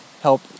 help